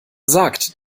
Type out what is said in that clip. sagt